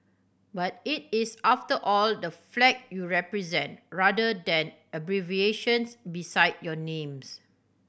but it is after all the flag you represent rather than abbreviations beside your names